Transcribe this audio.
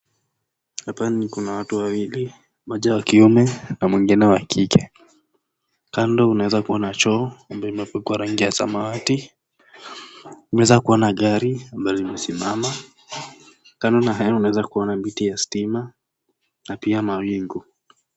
Hapa ni kuna watu wawili ,mmoja wa kiume na mwingine wa kike. Kando unaweza kuona choo ambayo imepakwa rangi ya samawati. Unaweza kuona gari ambalo limesimama. Kando na hayo unaweza kuona miti ya stima na pia mawingu.